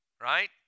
right